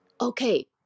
okay